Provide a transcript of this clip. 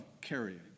carrying